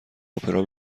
اپرا